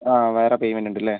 ആ വേറെ പേയ്മെൻ്റ് ഉണ്ട് അല്ലേ